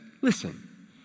Listen